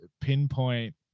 pinpoint